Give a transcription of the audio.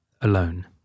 alone